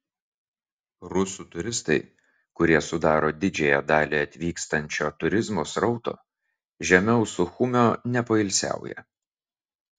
rusų turistai kurie sudaro didžiąją dalį atvykstančio turizmo srauto žemiau suchumio nepoilsiauja